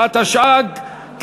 התשע"ג 2013,